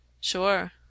Sure